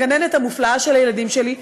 הגננת המופלאה של הילדים שלי,